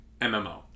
MMO